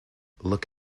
look